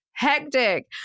hectic